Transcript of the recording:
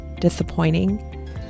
disappointing